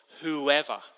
whoever